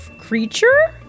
creature